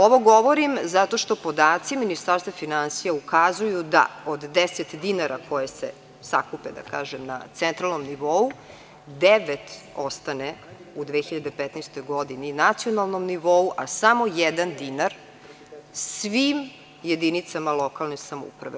Ovo govorim zato što podaci Ministarstva finansija ukazuju da od 10 dinara koji se sakupe na centralnom nivou, devet ostane u 2015. godini na nacionalnom nivou, a samo jedan dinar svim jedinicama lokalne samouprave.